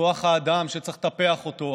כוח האדם שצריך לטפח אותו,